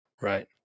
Right